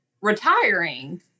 retiring